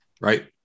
right